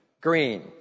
green